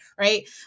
Right